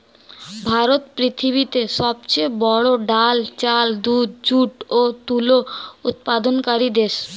ভারত পৃথিবীতে সবচেয়ে বড়ো ডাল, চাল, দুধ, যুট ও তুলো উৎপাদনকারী দেশ